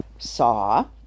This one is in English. saw